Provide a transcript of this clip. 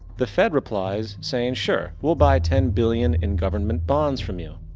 the fed replies saying sure, we'll buy ten billion in government bonds from you.